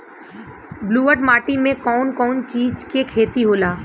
ब्लुअट माटी में कौन कौनचीज के खेती होला?